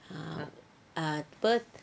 ah apa